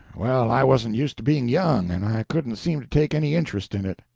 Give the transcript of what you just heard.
well, i wasn't used to being young, and i couldn't seem to take any interest in it.